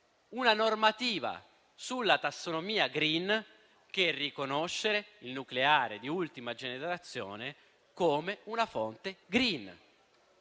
una normativa sulla tassonomia *green* che riconosce il nucleare di ultima generazione come una fonte *green*.